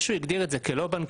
זה שהוא הגדיר את זה כלא בנקאי,